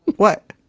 what?